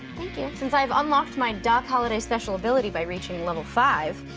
thank you. and since i have unlocked my doc holliday special ability by reaching level five,